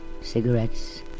cigarettes